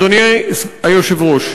אדוני היושב-ראש,